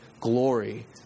glory